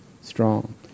strong